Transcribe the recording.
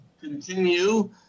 continue